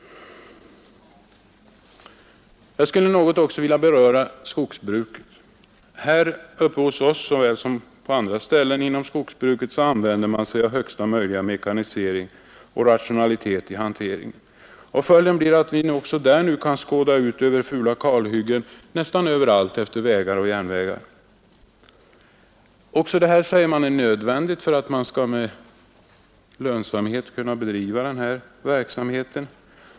Jag skulle också något vilja beröra skogsbruket. Uppe hos oss såväl som på andra ställen inom skogsbruket använder man sig av högsta möjliga mekanisering och rationalisering. Följden blir att vi kan skåda ut över fula kalhuggen nästan överallt utefter vägar och järnvägar. Också detta säger man är nödvändigt för att verksamheten skall kunna bedrivas lönsamt.